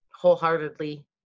wholeheartedly